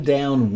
Down